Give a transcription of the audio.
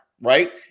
Right